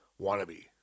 wannabe